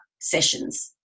sessions